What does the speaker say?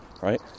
right